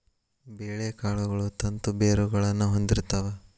ಬೇಳೆಕಾಳುಗಳು ತಂತು ಬೇರುಗಳನ್ನಾ ಹೊಂದಿರ್ತಾವ